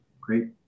Great